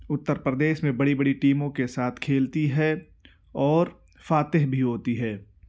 اتّر پردیش میں بڑی بڑی ٹیموں کے ساتھ کھیلتی ہے اور فاتح بھی ہوتی ہے